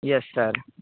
yes sir